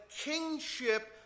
kingship